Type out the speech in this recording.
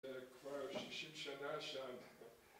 כבר שישים שנה שם